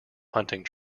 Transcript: hunting